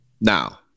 Now